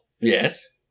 Yes